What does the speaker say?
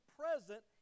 present